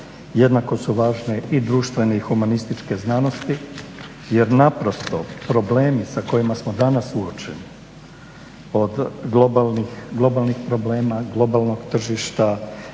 jednako su važne i društvene i humanističke znanosti jer naprosto problemi sa kojima smo danas suočeni od globalnih problema, globalnog tržišta,